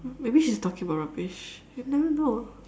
maybe she's talking about rubbish you never know